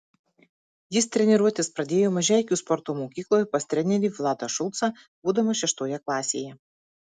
jis treniruotis pradėjo mažeikių sporto mokykloje pas trenerį vladą šulcą būdamas šeštoje klasėje